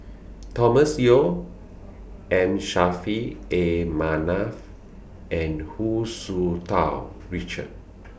Thomas Yeo M Saffri A Manaf and Hu Tsu Tau Richard